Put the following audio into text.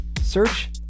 Search